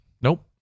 nope